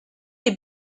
les